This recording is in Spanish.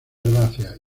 herbáceas